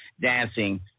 dancing